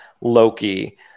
Loki